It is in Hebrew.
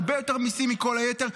הרבה יותר מיסים מכל היתר,